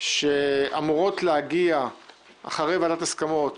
שאמורות להגיע אחרי ועדת הסכמות